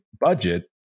budget